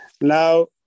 Now